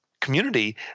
community